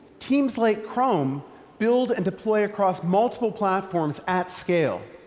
teams like chrome build and deploy across multiple platforms at scale.